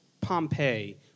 Pompeii